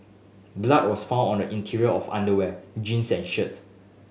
blood was found on the interior of underwear jeans and shirt